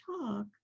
talk